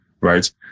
right